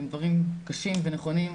שהם דברים קשים ונכונים,